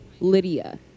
Lydia